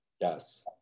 yes